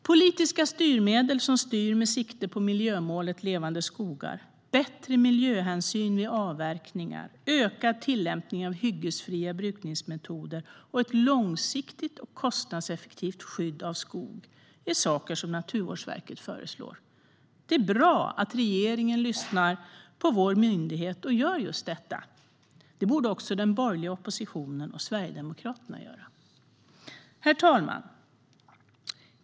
Politiska styrmedel som styr med sikte på miljömålet Levande skogar, bättre miljöhänsyn vid avverkningar, ökad tillämpning av hyggesfria brukningsmetoder och ett långsiktigt och kostnadseffektivt skydd av skog är saker som Naturvårdsverket föreslår. Det är bra att regeringen lyssnar på vår myndighet och gör just detta. Det borde också den borgerliga oppositionen och Sverigedemokraterna göra. Herr talman!